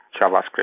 JavaScript